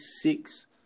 six